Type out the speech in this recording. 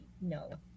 no